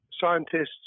scientists